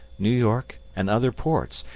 new york, and other ports,